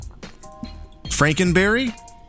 Frankenberry